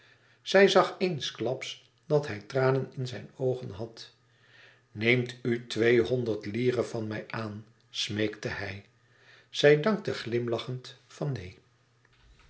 zij zag eensklaps dat hij tranen in zijn oogen had neemt u tweehonderd lire van mij aan smeekte hij zij dankte glimlachend van neen